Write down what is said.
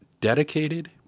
dedicated